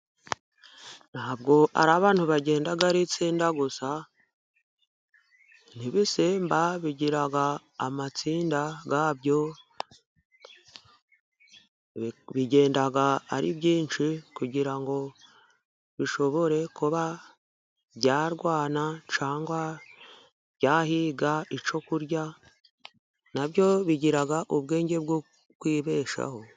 Ntabwo ari abantu bagenda ari itsinda gusa, n'ibisimba bigira amatsinda yabyo , bigenda ari byinshi kugira ngo bishobore kuba byarwana ,cyangwa byahiga icyo kurya na byo bigira ubwenge bwo kwibeshaho.